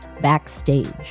Backstage